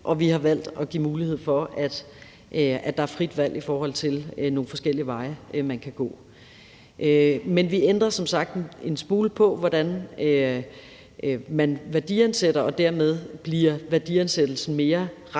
at vi har valgt at give mulighed for, at der er frit valg i forhold til nogle forskellige veje, man kan gå. Men vi ændrer som sagt en smule på, hvordan man værdiansætter, og dermed bliver værdiansættelsen mere retvisende,